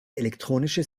elektronische